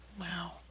Wow